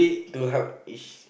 to